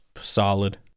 solid